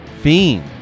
fiend